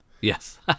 Yes